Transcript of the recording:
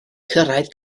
cyrraedd